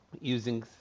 using